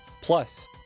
plus